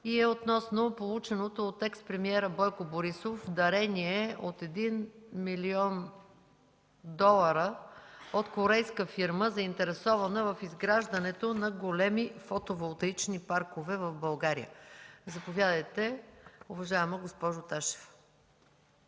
и е относно полученото от експремиера Бойко Борисов дарение от 1 млн. долара от корейска фирма, заинтересована в изграждането на големи фотоволтаични паркове в България. Заповядайте, уважаема госпожо Ташева.